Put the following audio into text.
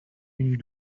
une